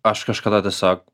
aš kažkada tiesiog